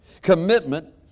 Commitment